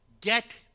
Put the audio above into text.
get